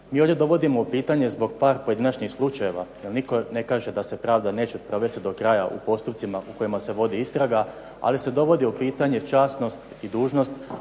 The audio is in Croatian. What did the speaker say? Mi ovdje dovodimo u pitanje zbog par pojedinačnih slučajeva jer nitko ne kaže da se pravda neće provesti do kraja u postupcima o kojima se vodi istraga ali se dovodi u pitanje časnost i dužnost